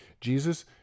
Jesus